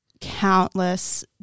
countless